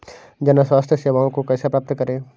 जन स्वास्थ्य सेवाओं को कैसे प्राप्त करें?